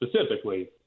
Specifically